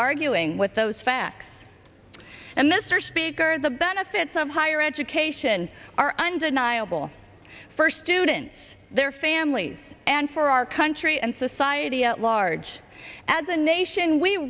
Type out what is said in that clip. arguing with those facts and this or speaker the benefits of higher education are undeniable first do it in their families and for our country and society at large as a nation we